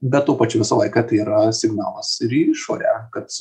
bet tuo pačiu visą laiką tai yra signalas ir į išorę kad